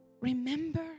Remember